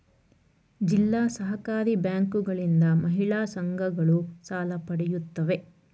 ಜಿಲ್ಲಾ ಸಹಕಾರಿ ಬ್ಯಾಂಕುಗಳಿಂದ ಮಹಿಳಾ ಸಂಘಗಳು ಸಾಲ ಪಡೆಯುತ್ತವೆ